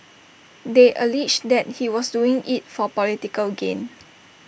they alleged that he was doing IT for political gain